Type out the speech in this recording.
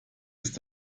ist